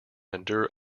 endure